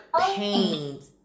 pains